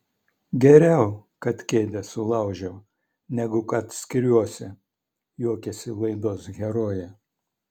geriau kad kėdę sulaužiau negu kad skiriuosi juokėsi laidos herojė